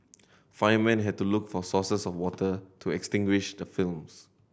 firemen had to look for sources of water to extinguish the films